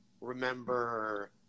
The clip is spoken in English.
remember